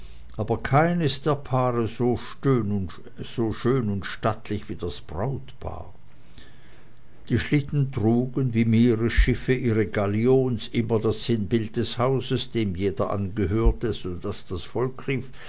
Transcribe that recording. aber keines der paare so schön und stattlich wie das brautpaar die schlitten trugen wie die meerschiffe ihre galions immer das sinnbild des hauses dem jeder angehörte so daß das volk